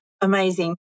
amazing